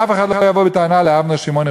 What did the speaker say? שאף אחד לא יבוא בטענה לאיתמר שמעוני,